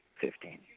Fifteen